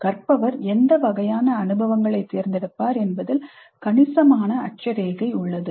கற்பவர் எந்த வகையான அனுபவங்களைத் தேர்ந்தெடுப்பார் என்பதில் கணிசமான அட்சரேகை உள்ளது